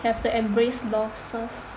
have to embrace losses